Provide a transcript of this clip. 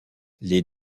les